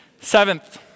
Seventh